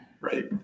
Right